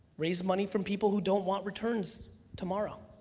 raise money from people who don't want returns tomorrow.